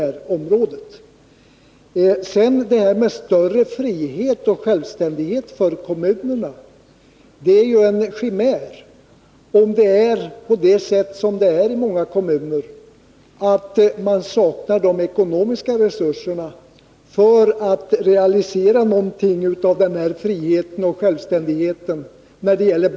När det gäller talet om större frihet och självständighet för kommunerna i fråga om barnstugebyggandet och markanskaffandet vill jag säga att det är en chimär, om det är så att de ekonomiska resurserna saknas — och det är ju fallet i många kommuner -— för att realisera någonting av den här friheten och självständigheten. Herr talman!